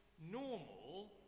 normal